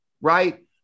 right